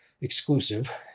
exclusive